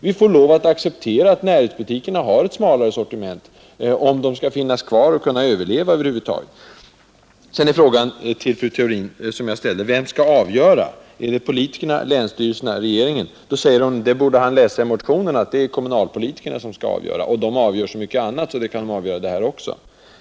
Vi får lov att finna oss i att närhetsbutikerna har ett smalare sortiment, om de över huvud taget skall kunna överleva. Jag ställde vidare till fru Theorin frågan vilka som skall ha avgörandet: politikerna, länsstyrelserna eller regeringen. Fru Theorin svarade att jag borde ha kunnat läsa i motionen att det var kommunalpolitikerna som skulle ha avgörandet. De avgör så mycket annat att de kan avgöra också detta.